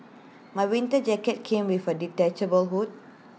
my winter jacket came with A detachable hood